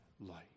light